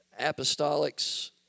apostolics